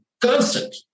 constant